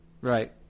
Right